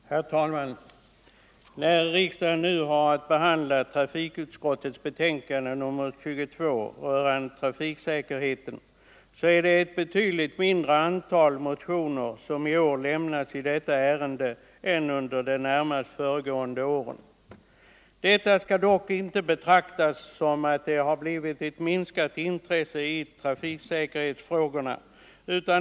Herr talman! När riksdagen har att behandla trafikutskottets betänkande nr 22 rörande trafiksäkerheten kan man konstatera att det i år avgivits ett betydligt mindre antal motioner i detta ärende än under de närmast föregående åren. Detta skall dock inte betraktas som ett bevis på minskat intresse för trafiksäkerhetsfrågorna.